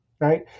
right